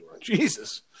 Jesus